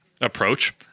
approach